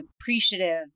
appreciative